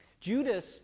Judas